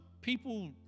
people